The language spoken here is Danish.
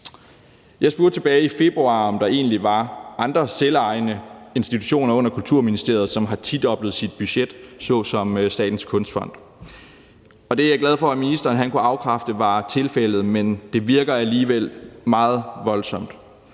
Jeg spurgte tilbage i februar, om der egentlig var andre selvejende institutioner under Kulturministeriet, som har tidoblet sit budget ligesom Statens Kunstfond. Og jeg er glad for, at ministeren kunne afkræfte var tilfældet, men det virker alligevel meget voldsomt.